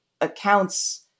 accounts